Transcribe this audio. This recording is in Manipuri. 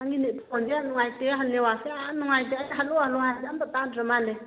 ꯅꯪꯒꯤ ꯐꯣꯟꯁꯦ ꯌꯥꯝ ꯅꯨꯡꯉꯥꯏꯇꯦ ꯅꯦꯠꯋꯥꯛꯁꯦ ꯌꯥꯝ ꯅꯨꯡꯉꯥꯏꯇꯦ ꯑꯩꯅ ꯍꯜꯂꯣ ꯍꯜꯂꯣ ꯍꯥꯏꯔꯕꯁꯦ ꯑꯝꯇ ꯇꯥꯗ꯭ꯔꯥ ꯃꯥꯜꯂꯦ